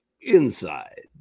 inside